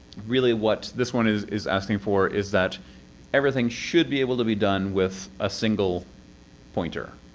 really what this one is is asking for is that everything should be able to be done with a single pointer.